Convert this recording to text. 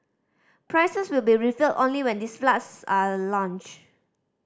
prices will be revealed only when these flats are launched